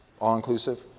all-inclusive